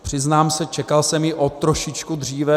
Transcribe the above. Přiznám se, čekal jsem ji o trošičku dříve.